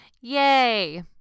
yay